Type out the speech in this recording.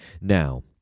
Now